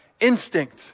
instinct